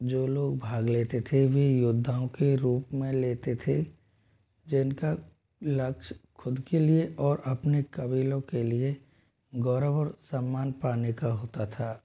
जो लोग भाग लेते थे वे योद्धाओं के रूप में लेते थे जिनका लक्ष्य खुद के लिए और अपने क़बीलों के लिए गौरव और सम्मान पाने का होता था